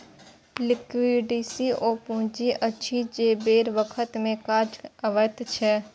liquidity ओ पुंजी अछि जे बेर बखत मे काज अबैत छै